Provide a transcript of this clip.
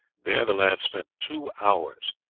there the lads spent two hours.